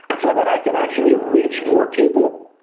so that i can actually reach more people,